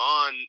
on